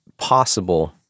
possible